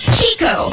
Chico